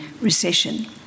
recession